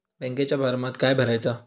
बँकेच्या फारमात काय भरायचा?